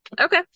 Okay